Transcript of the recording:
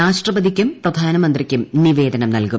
രാഷ്ട്രപതിയ്ക്കും പ്രിധ്യാനമന്ത്രിയ്ക്കും നിവേദനം നൽകും